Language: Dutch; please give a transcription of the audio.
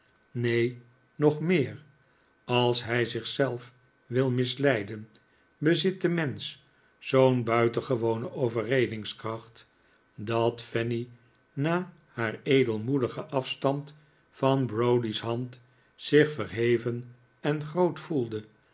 neen nog meer als hij zich zelf wil misleiden bezit de mensch zoo'n buitengewone overredingskracht dat fanny na haar edelmoedigen afstand van browdie's hand zich verheven en groot voelde